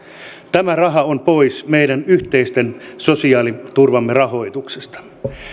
tämä raha on pois meidän yhteisen sosiaaliturvamme rahoituksesta